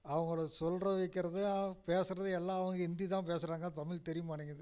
அவங்களை சொல்றது வைக்கிறதும் அவங்க பேசுறதும் எல்லாம் அவங்க இந்தி தான் பேசுறாங்க தமிழ் தெரியமாட்டேங்கிது